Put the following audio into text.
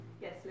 Yes